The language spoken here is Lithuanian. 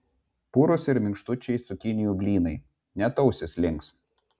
purūs ir minkštučiai cukinijų blynai net ausys links